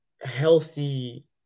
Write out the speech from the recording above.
healthy